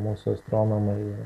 mūsų astronomai